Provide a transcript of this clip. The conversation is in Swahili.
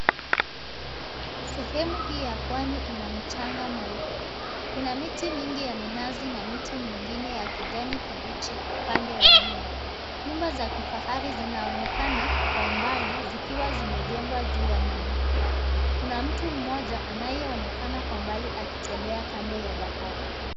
Sehemu hii ya pwani ina mchanga mweupe. Kuna miti mingi ya minazi na miti mngine ya kijani kibichi upande wa nyuma. Nyumba za kifahari zinaonekana kwa umbali zikiwa zimejengwa juu ya mmomonyoko. Kuna mtu mmoja anayeonekana kwa mbali akitembea kando ya bahari.